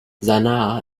sanaa